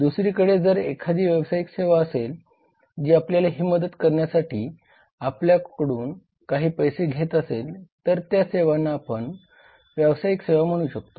दुसरीकडे जर एखादी व्यावसायिक सेवा असेल जी आपल्याला ही मदत करण्यासाठी आपल्या कडून काही पैसे घेत असेल तर त्या सेवांना आपण व्यावसायिक सेवा म्हणू शकतो